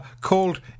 called